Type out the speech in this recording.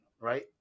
right